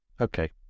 Okay